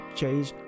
change